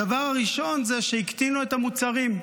הדבר הראשון זה שהקטינו את המוצרים,